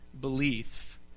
belief